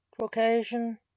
Caucasian